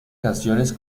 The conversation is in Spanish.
canciones